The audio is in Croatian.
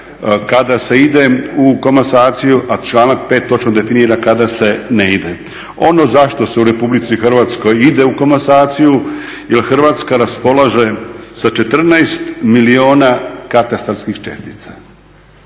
kada se ide u komasaciju a članak 5. točno definira kada se ne ide. Ono zašto se u Republici Hrvatskoj ide u komasaciju jel Hrvatska raspolaže sa 14 milijuna katastarskih čestica,